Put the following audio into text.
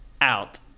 out